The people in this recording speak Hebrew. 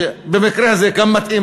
שבמקרה הזה גם מתאים,